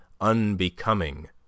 unbecoming